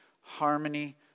harmony